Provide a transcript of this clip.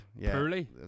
purely